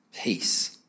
Peace